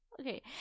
okay